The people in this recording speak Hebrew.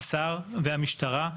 השר והמשטרה,